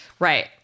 Right